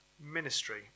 ministry